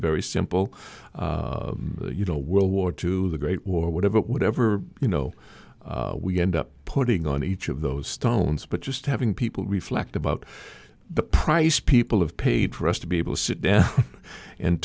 very simple you know world war two the great war whatever whatever you know we end up putting on each of those stones but just having people reflect about the price people have paid for us to be able to sit down and